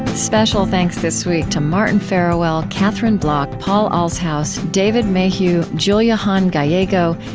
special thanks this week to martin farawell, catherine bloch, paul allshouse, david mayhew, julia hahn-gallego,